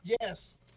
Yes